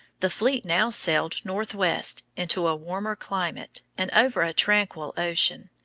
the fleet now sailed northwest into a warmer climate and over a tranquil ocean,